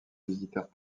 visiteurs